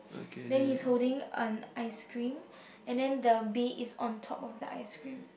then he's holding an ice cream and then the bee is on top of the ice cream